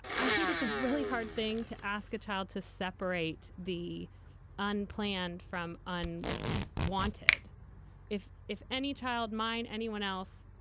i think it's a really hard thing to ask a child to separate the unplanned from un wanted if if any child, mine, anyone else,